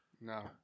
No